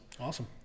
awesome